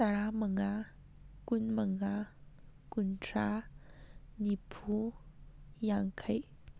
ꯇꯔꯥꯃꯉꯥ ꯀꯨꯟꯃꯉꯥ ꯀꯨꯟꯊ꯭ꯔꯥ ꯅꯤꯐꯨ ꯌꯥꯡꯈꯩ